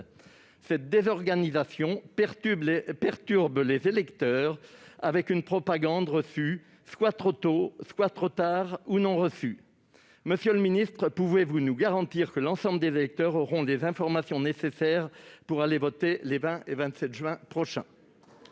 Cette désorganisation perturbe les électeurs, avec une propagande reçue soit trop tôt, soit trop tard, ou non reçue. Monsieur le ministre, pouvez-vous nous garantir que l'ensemble des électeurs auront les informations nécessaires pour aller voter les 20 et 27 juin prochain ?